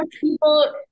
people